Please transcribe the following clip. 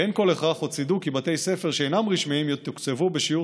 ואין כל הכרח או צידוק כי בתי ספר שאינם רשמיים יתוקצבו בשיעור